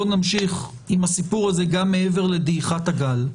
בוא נמשיך עם הסיפור הזה גם מעבר לדעיכת הגל.